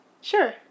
Sure